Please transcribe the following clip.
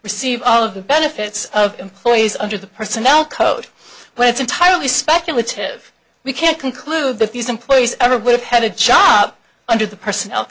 receive all of the benefits of employees under the personnel code but it's entirely speculative we can't conclude that these employees ever would have had a job under the personnel